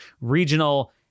regional